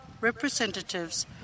representatives